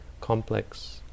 complex